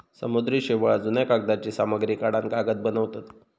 समुद्री शेवाळ, जुन्या कागदांची सामग्री काढान कागद बनवतत